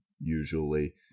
usually